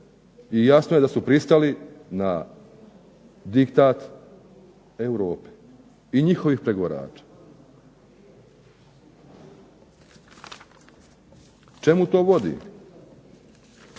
i jasno je da su pristali na diktat Europe. I njihovih pregovarača. Čemu to vodi?